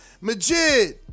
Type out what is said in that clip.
Majid